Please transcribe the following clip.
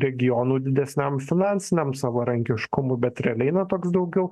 regionu didesniam finansiniam savarankiškumui bet realiai na toks daugiau